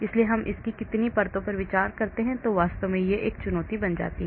इसलिए हम इसकी कितनी परतों पर विचार करते हैं जो वास्तव में एक चुनौती बन जाती है